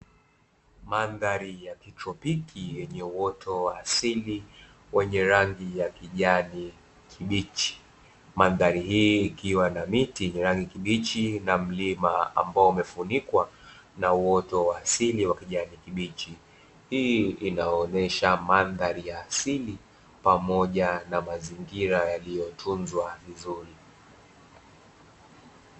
Mandhari ya kitropiki yenye uoto wa asili wenye rangi ya kijani kibichi. Mandhari hii ikiwa na miti yenye rangi ya kijani kibichi na mlima ambao umefunikwa na uoto wa asili wa kijani kibichi. Hii inaonyesha mandhari ya asili pamoja na mazingira yaliyotunzwa vizuri.